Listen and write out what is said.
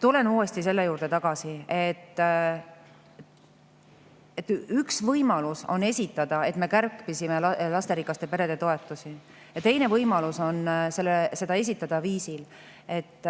Tulen selle juurde tagasi, et üks võimalus on esitada [seda nii], et me kärpisime lasterikaste perede toetusi. Teine võimalus on seda esitada viisil, et